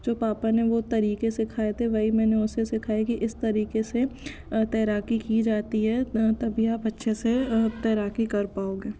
जो पापा ने वो तरीके सिखाए थे वही मैंने उसे सिखाए कि इस तरीके से तैराकी की जाती है तभी आप अच्छे से तैराकी कर पाओगे